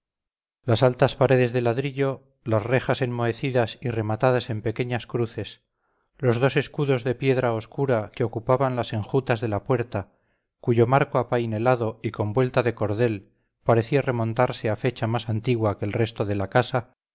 las altas paredes de ladrillo las rejas enmohecidas y rematadas en pequeñas cruces los dos escudos de piedra oscura que ocupaban las enjutas de la puerta cuyo marco apainelado y con vuelta de cordel parecía remontarse a fecha más antigua que el resto de la casa